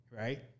right